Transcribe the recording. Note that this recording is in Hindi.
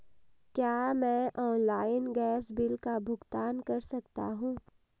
क्या मैं ऑनलाइन गैस बिल का भुगतान कर सकता हूँ?